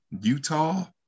Utah